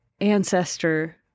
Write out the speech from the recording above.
ancestor